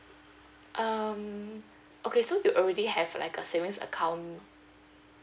um okay so you already have like a savings account